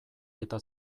eta